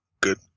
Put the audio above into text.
good